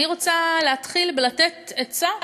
אני רוצה להתחיל בלתת עצה